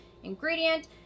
ingredient